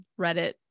reddit